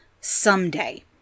someday